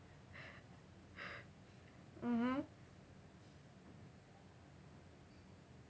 mmhmm